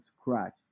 scratch